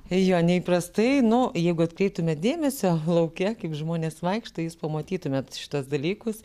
jo neįprastai nu jeigu atkreiptumėt dėmesį lauke kaip žmonės vaikšto jūs pamatytumėt šituos dalykus